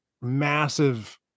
massive